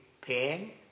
pain